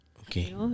Okay